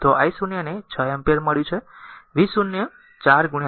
તો i 0 ને 6 ampere મળ્યું છે v0 4 6